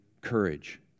courage